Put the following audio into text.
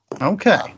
Okay